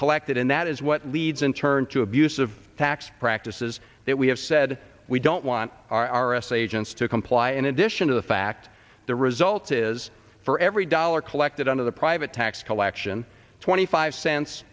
collected and that is what leads in turn to abusive tax practices that we have said we don't want our s agents to comply in addition to the fact the result is for every dollar collected under the private tax collection twenty five cents